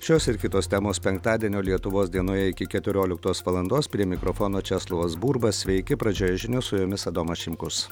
šios ir kitos temos penktadienio lietuvos dienoje iki keturioliktos valandos prie mikrofono česlovas burba sveiki pradžioje žinios su jumis adomas šimkus